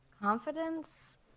Confidence